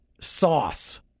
sauce